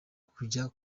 kujya